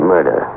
Murder